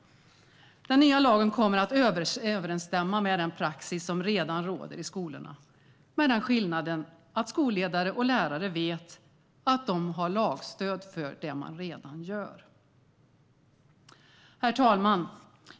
Den nya lagen kommer att överensstämma med den praxis som redan råder i skolorna med den skillnaden att skolledare och lärare vet att de har lagstöd för det de redan gör. Herr talman!